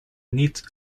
niet